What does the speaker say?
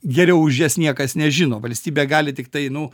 geriau už jas niekas nežino valstybė gali tiktai nu